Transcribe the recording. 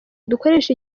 dukoreshe